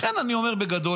לכן אני אומר בגדול,